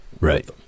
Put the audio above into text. Right